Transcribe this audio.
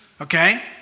okay